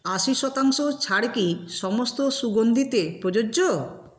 আশি শতাংশ ছাড় কি সমস্ত সুগন্ধিতে প্রযোজ্য